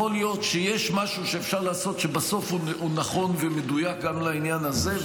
יכול להיות שיש משהו שאפשר לעשות שבסוף הוא נכון ומדויק גם לעניין הזה.